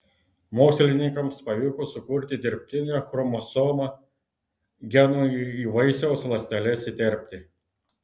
mokslininkams pavyko sukurti dirbtinę chromosomą genui į vaisiaus ląsteles įterpti